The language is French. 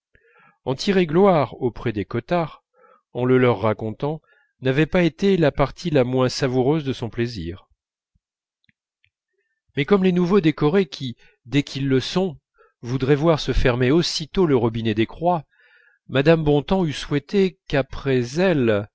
en tirer gloire auprès des cottard en le leur racontant n'avait pas été la partie la moins savoureuse de son plaisir mais comme les nouveaux décorés qui dès qu'ils le sont voudraient voir se fermer aussitôt le robinet des croix mme bontemps eût souhaité qu'après elle